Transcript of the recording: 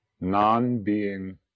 non-being